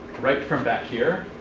write from back here,